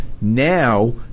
Now